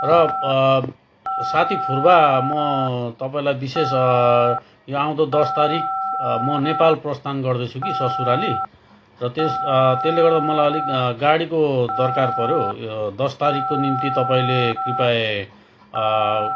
र साथी फुर्बा म तपाईँलाई विशेष यो आउँदो दस तारिक म नेपाल प्रस्थान गर्दैछु कि ससुराली र त्यस त्यसले गर्दा मलाई अलिक गाडीको दरकार पऱ्यो यो दस तारिकको निम्ति तपाईँले कृपया